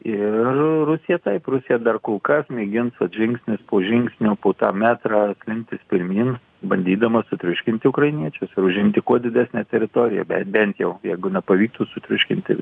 ir rusija taip rusija dar kol kas mėgins vat žingsnis po žingsnio po tą metrą slinktis pirmyn bandydama sutriuškinti ukrainiečius ir užimti kuo didesnę teritoriją be bent jau jeigu nepavyktų sutriuškinti